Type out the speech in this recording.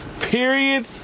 period